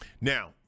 Now